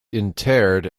interred